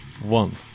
one